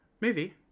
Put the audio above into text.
Movie